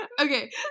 okay